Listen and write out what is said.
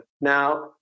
Now